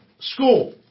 School